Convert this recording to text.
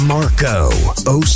Marco